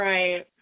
Right